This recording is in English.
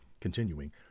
Continuing